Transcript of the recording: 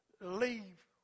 leave